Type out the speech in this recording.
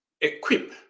equip